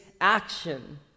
action